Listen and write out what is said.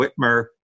Whitmer